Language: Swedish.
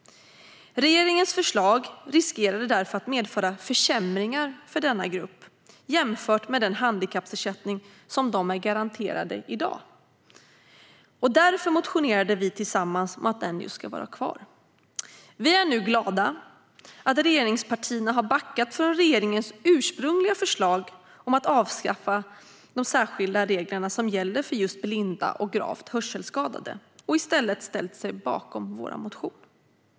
Regeringens förslag riskerade därför att medföra försämringar för denna grupp jämfört med den handikappersättning som de är garanterade i dag. Därför motionerade vi tillsammans om att den ska vara kvar. Vi är glada att regeringspartierna nu har backat från regeringens ursprungliga förslag om att avskaffa de särskilda reglerna som gäller för just blinda och gravt hörselskadade och i stället ställt sig bakom vår motion.